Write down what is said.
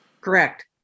Correct